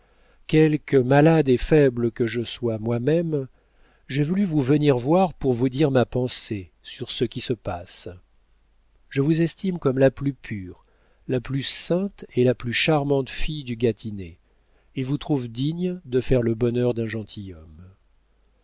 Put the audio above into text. quelque malade et faible que je sois moi-même j'ai voulu vous venir voir pour vous dire ma pensée sur ce qui se passe je vous estime comme la plus pure la plus sainte et la plus charmante fille du gâtinais et vous trouve digne de faire le bonheur d'un gentilhomme